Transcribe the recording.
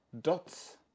dots